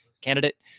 candidate